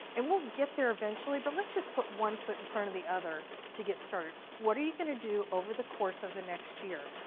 and we'll get there eventually, but let's just put one foot in front of the other to get started. what are you gonna do over the course of the next year.